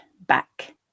back